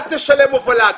אל תשלם הובלה,